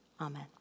Amen